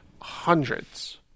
hundreds